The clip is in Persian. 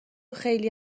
خیلی